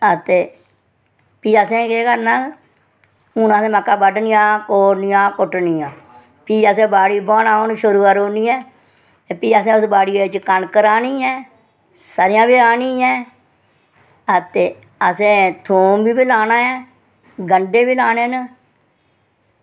ते भी असें केह् करना हून असें मक्का गुड्ढनियां बड्ढनियां ते कोड़नियां भी असें हून बाड़ी बुहाना शुरू करी ओड़नी ऐ ते खेती बाड़ियै च कनक राह्नी ऐ सरेआं बी राह्नी ऐ ते असें थूम बी लाना ऐ गंढे बी लाने न